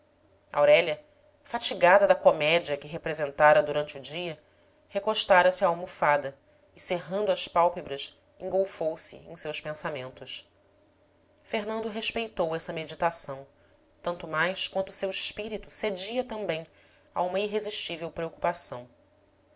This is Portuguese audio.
aurélia fatigada da comédia que representara durante o dia recostara se à almofada e cerrando as pálpebras engolfou se em seus pensamentos fernando respeitou essa meditação tanto mais quanto seu espírito cedia também a uma irresistível preocupação